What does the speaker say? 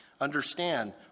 understand